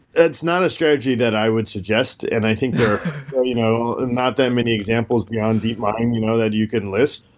that's not a strategy that i would suggest, and i think there are you know not that many examples beyond deep mind you know that you can list.